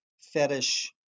fetish